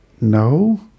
No